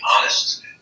honest